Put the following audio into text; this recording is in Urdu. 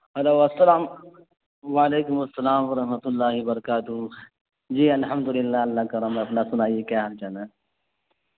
ہیلو السّلام وعلیکم السّلام و رحمۃ اللہ برکاتہ جی الحمد للہ اللہ کرم اپنا سنائیں کیا حال چال ہے